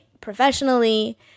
professionally